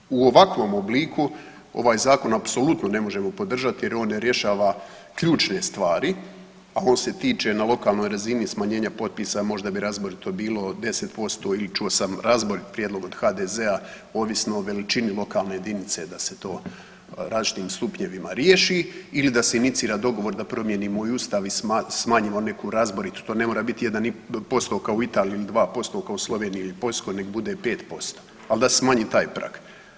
Stoga na u ovakvom obliku, ovaj zakon apsolutno ne možemo podržati jer on ne rješava ključne stvari koje se tiču na lokalnoj razini smanjenja potpisa, možda bi razborito bilo od 10% ili čuo sam razborit prijedlog od HDZ-a, ovisno o veličini lokalne jedinice da se to različitim stupnjevima riješi ili da se inicira dogovor da promijenimo i Ustav i smanjimo neku razborit, tu ne mora biti 1,5% kao u Italiji ili 2% kao u Sloveniji ili Poljskoj, nek bude 5%, ali da smanji taj prag.